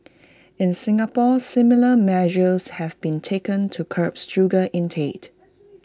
in Singapore similar measures have been taken to curb sugar intake